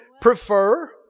prefer